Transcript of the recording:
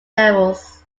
levels